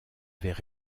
avaient